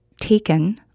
taken